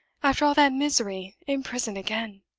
after all that misery, in prison again!